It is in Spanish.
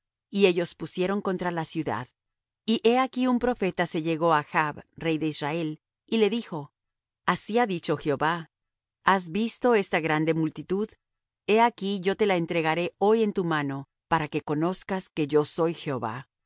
y ellos pusieron contra la ciudad y he aquí un profeta se llegó á achb rey de israel y le dijo así ha dicho jehová has visto esta grande multitud he aquí yo te la entregaré hoy en tu mano para que conozcas que yo soy jehová y